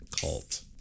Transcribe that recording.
cult